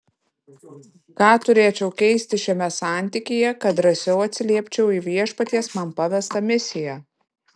ką turėčiau keisti šiame santykyje kad drąsiau atsiliepčiau į viešpaties man pavestą misiją